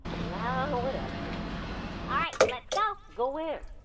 yeah, whatever alright, let's go! go where?